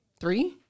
three